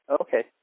Okay